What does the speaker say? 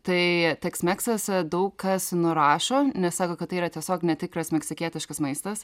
tai teksmeksas daug kas nurašo nes sako kad tai yra tiesiog netikras meksikietiškas maistas